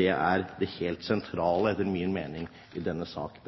Det er det helt sentrale, etter min mening, i denne sak.